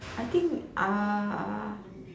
I think uh